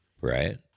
right